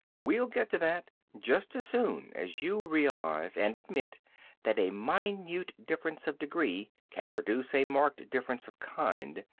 we'll get to that just as soon as you realize and admit that a minute difference of degree can produce a marked difference of kind.